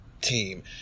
team